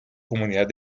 comunidad